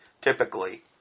typically